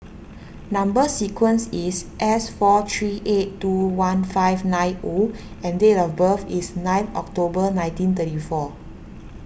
Number Sequence is S four three eight two one five nine O and date of birth is nine October nineteen thirty four